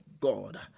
God